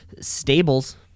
stables